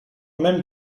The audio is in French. même